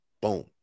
boom